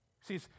See